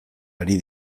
ari